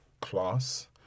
class